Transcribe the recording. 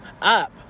up